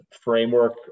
framework